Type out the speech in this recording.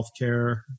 healthcare